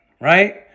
right